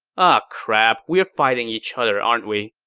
ah crap. we're fighting each other, aren't we?